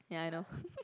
ya I know